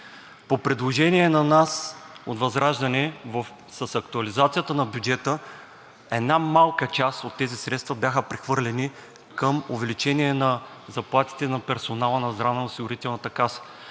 По предложение на нас от ВЪЗРАЖДАНЕ с актуализацията на бюджета една малка част от тези средства бяха прехвърлени към увеличение на заплатите на персонала на Здравноосигурителната каса.